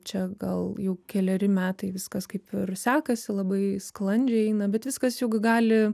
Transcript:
čia gal jau keleri metai viskas kaip ir sekasi labai sklandžiai eina bet viskas juk gali